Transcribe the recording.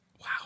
Wow